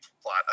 plot